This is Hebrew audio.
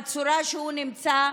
בצורה שהוא נמצא,